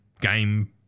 game